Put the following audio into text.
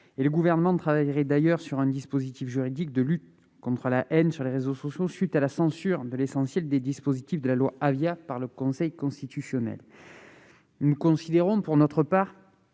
Le Gouvernement travaillerait d'ailleurs sur un dispositif juridique de lutte contre la haine sur les réseaux sociaux, à la suite de la censure de l'essentiel des dispositions de la loi Avia par le Conseil constitutionnel. Nous considérons, pour notre part,